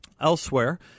Elsewhere